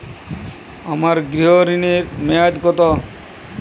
আমার গৃহ ঋণের মেয়াদ কত?